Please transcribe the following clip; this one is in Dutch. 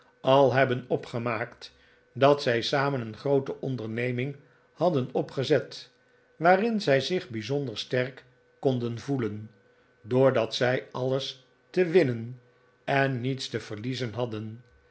al hebben opgemaakt dat zij samen een groote onderneming hadden opgezet waarin zij zich bijzonder sterk konden voelen doordat zij alles te winnen en niets te verliezen hadden